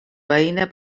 veïna